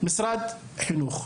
משרד החינוך,